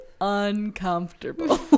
uncomfortable